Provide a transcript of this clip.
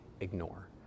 ignore